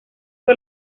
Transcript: fue